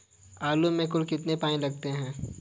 आलू में कुल कितने पानी लगते हैं?